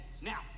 Now